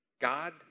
God